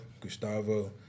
Gustavo